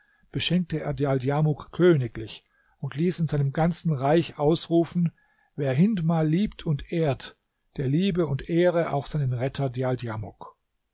beschenkte er djaldjamuk königlich und ließ in seinem ganzen reich ausrufen wer hindmar liebt und ehrt der liebe und ehre auch seinen retter djaldjamuk